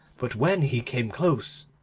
but when he came close,